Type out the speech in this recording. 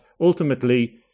ultimately